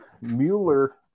mueller